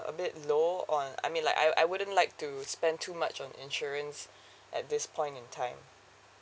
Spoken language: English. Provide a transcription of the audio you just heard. a bit low on I mean like I I wouldn't like to spend too much on insurance at this point in time